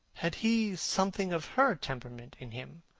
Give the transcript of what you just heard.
had he something of her temperament in him?